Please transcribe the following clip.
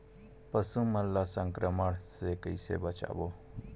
पशु मन ला संक्रमण से कइसे बचाबो?